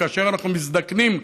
כי כאשר אנחנו מזדקנים,